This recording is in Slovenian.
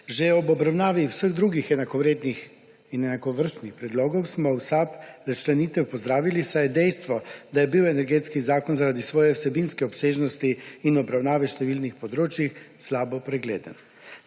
Že ob obravnavi vseh drugih enakovrednih in enakovrstnih predlogov smo v SAB razčlenitev pozdravili, saj je dejstvo, da je bil Energetski zakon zaradi svoje vsebinske obsežnosti in obravnave številnih področij slabo pregleden.